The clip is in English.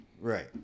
Right